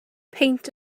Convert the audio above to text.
peint